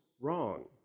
wrong